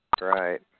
Right